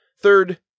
third